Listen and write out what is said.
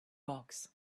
box